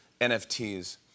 NFTs